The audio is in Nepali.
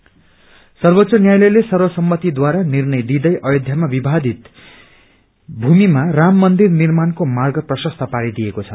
जजमेंट सर्वोच्च न्यायालयले सर्वसम्मतिद्वारा निर्णय दिँदै अयोध्यामा विवादित भूमिमा राम मन्दिर निर्माणको मार्ग प्रशस्त पारिदिएको छ